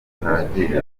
bihagije